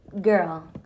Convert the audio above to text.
Girl